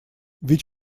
ведь